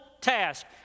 task